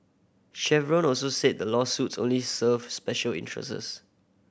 chevron also said the lawsuits only serve special interests